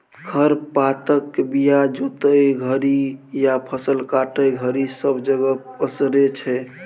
खर पातक बीया जोतय घरी या फसल काटय घरी सब जगह पसरै छी